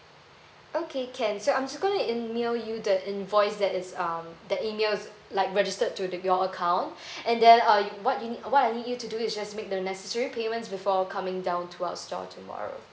okay can so I'm just going to email you the invoice that is um that emails like registered to the your account and then uh you what you need what I need you to do is just make the necessary payments before coming down to our store tomorrow